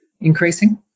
increasing